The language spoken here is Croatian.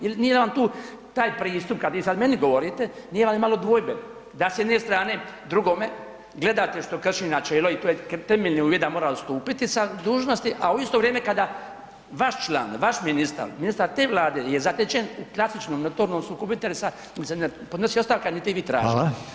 Jel nije vam tu taj pristup, kad vi sad meni govorite, nije li imalo dvojbe da s jedne strane drugome gledate što krši načelo i to je temelji uvjet da mora odstupiti sa dužnosti, a u isto vrijeme kada vaš član, vaš ministar, ministar te vlade je zatečen u klasičnom notornom sukobu interesa onda se ne podnosi ostavka, niti je vi tražite.